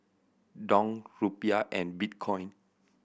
Dong Rupiah and Bitcoin